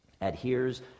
adheres